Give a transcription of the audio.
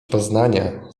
poznania